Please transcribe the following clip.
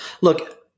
Look